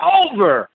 over